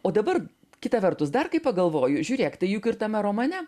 o dabar kita vertus dar kai pagalvoju žiūrėk tai juk ir tame romane